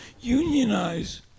Unionize